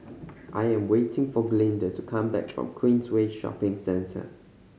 I'm waiting for Glynda to come back from Queensway Shopping Centre